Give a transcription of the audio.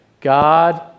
God